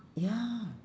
ya